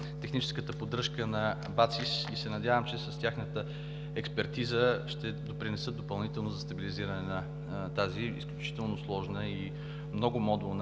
техническата поддръжка на БАЦИС и се надявам, че с тяхната експертиза ще допринесат допълнително за стабилизиране на тази изключително сложна и многомодулна